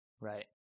Right